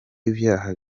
ibyaha